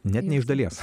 net ne iš dalies